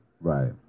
right